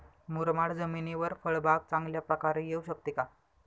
मुरमाड जमिनीवर फळबाग चांगल्या प्रकारे येऊ शकते का?